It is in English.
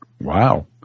Wow